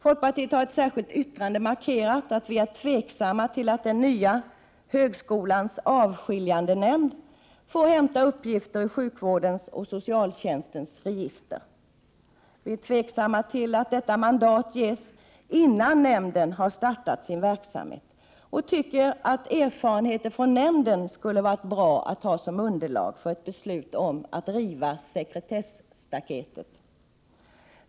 Folkpartiet har i ett särskilt yttrande markerat att vi är tveksamma till att den nya högskolans avskiljandenämnd får hämta uppgifter ur sjukvårdens och socialtjänstens register. Vi är tveksamma till att detta mandat ges, innan nämnden ens har startat sin verksamhet. Enligt vår åsikt borde erfarenheter från nämnden vara underlag för ett beslut om rivning av sekretesstaketet.